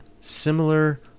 similar